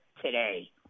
today